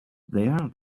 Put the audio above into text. there